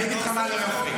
אני אגיד לך מה לא יפה.